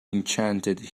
enchanted